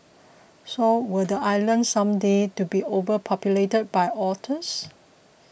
so will the island someday to be overpopulated by otters